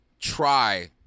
try